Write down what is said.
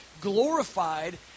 glorified